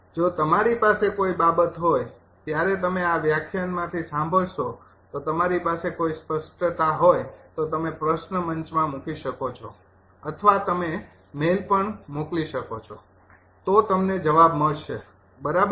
જો તમારી પાસે કોઈ બાબત હોય ત્યારે તમે આ વ્યાખ્યાનમાંથી સાંભળશો તો તમારી પાસે કોઈ સ્પષ્ટતા હોય તો તમે પ્રશ્ન મંચમાં મૂકી શકો છો અથવા તમે મેઇલ પણ મોકલી શકો છો તો તમને જવાબ મળશે બરાબર